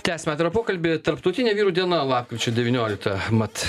tęsiam atvirą pokalbį tarptautinė vyrų diena lapkričio devynioliktą mat